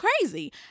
crazy